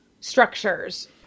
structures